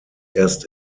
erst